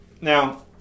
now